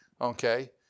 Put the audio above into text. Okay